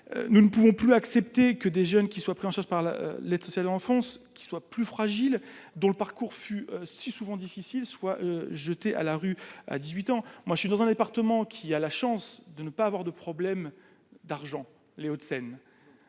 nous ne pouvons plus accepter que des jeunes qui soient pris en charge par la les tout c'est enfonce qui soient plus fragiles dont le parcours fut si souvent difficiles soient jetés à la rue, à 18 ans, moi je suis dans un département qui a la chance de ne pas avoir de problèmes d'argent Les Hauts-de-Seine